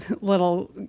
little